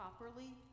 properly